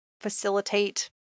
facilitate